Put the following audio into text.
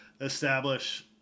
establish